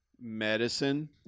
medicine